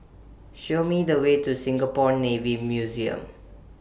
Show Me The Way to Singapore Navy Museum